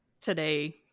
today